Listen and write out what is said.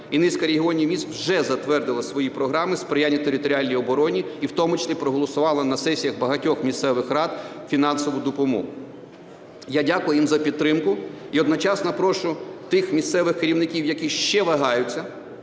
і низка регіонів міст вже затвердила свої програми сприяння територіальній обороні, і в тому числі проголосували на сесіях багатьох місцевих рад фінансову допомогу. Я дякую їм за підтримку, і одночасно прошу тих місцевих керівників, які ще вагаються